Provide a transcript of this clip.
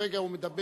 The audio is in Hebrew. כרגע הוא מדבר,